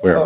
where